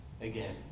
again